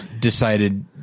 decided